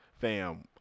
fam